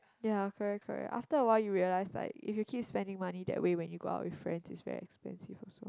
ya correct correct after a while you realize like if you keep spending money that way when you go out with friends is very expensive also